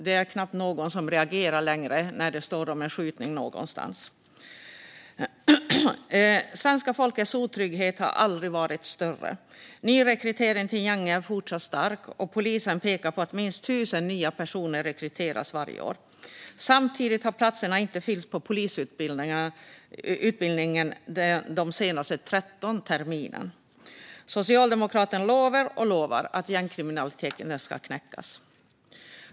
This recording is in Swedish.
Det är knappt någon som reagerar längre när det står om en skjutning någonstans. Svenska folkets otrygghet har aldrig varit större. Nyrekryteringen till gängen är fortsatt stark - polisen pekar på att minst 1 000 nya personer rekryteras varje år. Samtidigt har platserna på polisutbildningen inte fyllts de senaste 13 terminerna. Socialdemokraterna lovar och lovar att gängkriminaliteten ska knäckas.